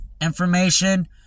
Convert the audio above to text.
information